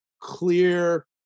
clear